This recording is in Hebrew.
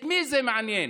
את מי זה מעניין?